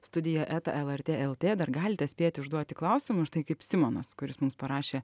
studija eta lrt lt dar galite spėti užduoti klausimų štai kaip simonas kuris mums parašė